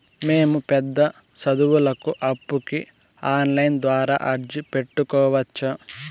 మేము పెద్ద సదువులకు అప్పుకి ఆన్లైన్ ద్వారా అర్జీ పెట్టుకోవచ్చా?